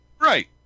Right